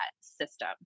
system